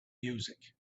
music